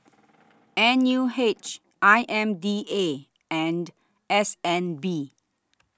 N U H I M D A and S N B